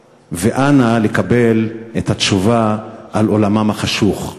ואנא, לקבל את התשובה על עולמם החשוך.